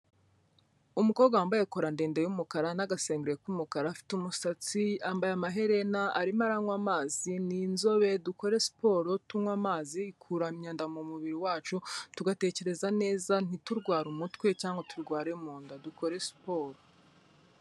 Umukobwa wambaye kora ndende yumukara na agasengeri k'umukara. Afite umusatsi, yambaye amaherena, arimo aranywa amazi, ni inzobe. Dukore siporo tunywa amazi ikura imyanda mu mubiri wacu tugatekereza neza; ntiturware umutwe cyangwa turware munda dukore siporo.